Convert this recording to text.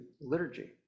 liturgy